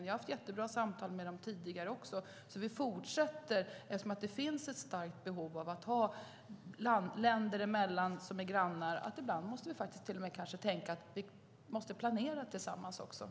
Jag har haft jättebra samtal med de tidigare också. Vi fortsätter, eftersom det finns ett starkt behov grannländer emellan av att planera tillsammans ibland.